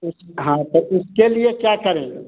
उस हाँ तो उसके लिए क्या करें